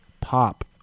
Pop